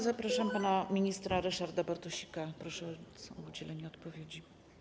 Zapraszam pana ministra Ryszarda Bartosika i proszę o udzielenie odpowiedzi.